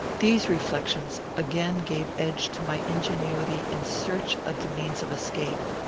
these reflections again gave edge to my ingenuity in search of the means of escape.